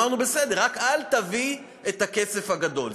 אמרנו: בסדר, רק אל תביא את הכסף הגדול.